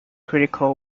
critical